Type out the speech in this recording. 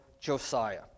Josiah